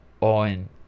on